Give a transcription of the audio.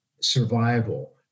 survival